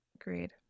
Agreed